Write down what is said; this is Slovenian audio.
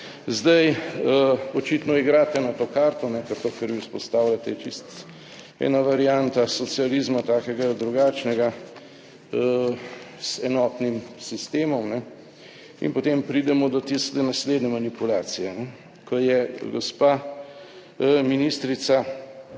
Zdaj očitno igrate na to karto, ker to, kar vi vzpostavljate, je čisto ena varianta socializma, takega ali drugačnega, z enotnim sistemom. In potem pridemo do tiste naslednje manipulacije, ko je gospa ministrica,